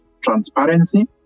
transparency